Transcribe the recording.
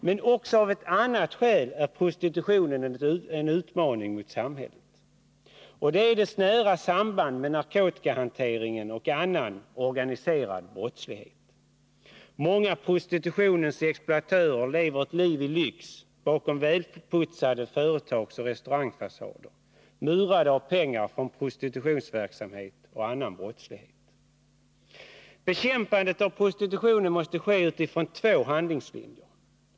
Men också av ett annat skäl är prostitutionen en utmaning mot samhället, och det är dess nära samband med narkotikahanteringen och annan organiserad brottslighet. Många av prostitutionens exploatörer lever ett liv i lyx bakom välputsade företagsoch restaurangfasader, murade av pengar från prostitutionsverksamheten och annan brottslighet. Bekämpandet av prostitutionen måste ske utifrån två handlingslinjer.